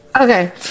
okay